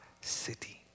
city